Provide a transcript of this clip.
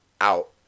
out